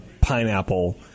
pineapple